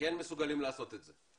שמסוגלים לעשות את זה.